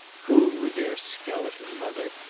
who, with their skeleton mother,